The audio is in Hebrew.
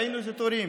ראינו את התורים,